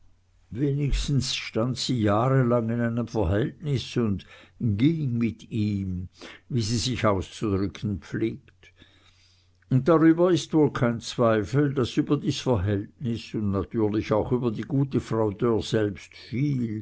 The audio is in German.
wenigstens stand sie jahrelang in einem verhältnis und ging mit ihm wie sie sich auszudrücken pflegt und darüber ist wohl kein zweifel daß über dies verhältnis und natürlich auch über die gute frau dörr selbst viel